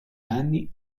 anni